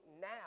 now